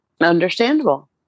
Understandable